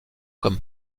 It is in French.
comme